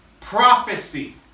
Prophecy